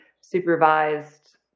supervised